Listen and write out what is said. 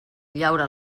llaura